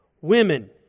women